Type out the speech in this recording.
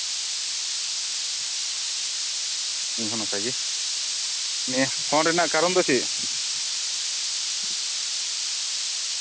ᱤᱧ ᱦᱚᱸ ᱱᱟᱯᱟᱭ ᱜᱮ ᱱᱤᱭᱟᱹ ᱯᱷᱳᱱ ᱨᱮᱱᱟᱜ ᱠᱟᱨᱚᱱ ᱫᱚ ᱪᱮᱫ